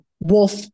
wolf